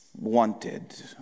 wanted